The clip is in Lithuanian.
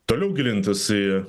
toliau gilintis į